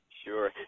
Sure